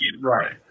Right